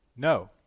No